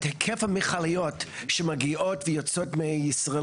היקף המכליות שמגיעות ויוצאות מישראל